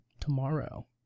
tomorrow